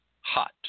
hot